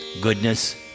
goodness